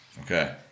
Okay